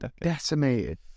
Decimated